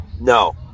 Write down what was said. No